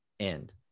end